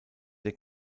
der